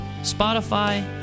Spotify